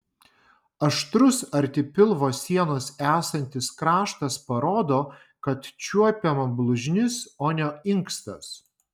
aštrus arti pilvo sienos esantis kraštas parodo kad čiuopiama blužnis o ne inkstas